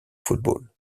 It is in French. football